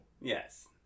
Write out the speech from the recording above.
Yes